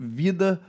vida